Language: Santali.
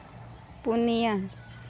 ᱯᱩᱱᱭᱟ